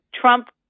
Trump